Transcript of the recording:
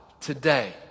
today